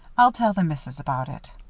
i'll tell the missus about it.